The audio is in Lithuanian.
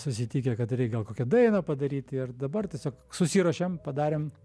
susitikę kad reik gal kokią dainą padaryt ir dabar tiesiog susiruošėm padarėm